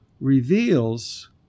reveals